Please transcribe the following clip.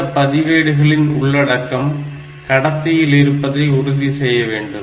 இந்த பதிவேடுகளின் உள்ளடக்கம் கடத்தியில் இருப்பதை உறுதி செய்ய வேண்டும்